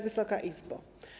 Wysoka Izbo!